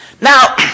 Now